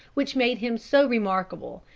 which made him so remarkable,